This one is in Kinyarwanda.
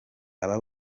aba